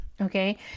Okay